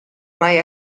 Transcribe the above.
mai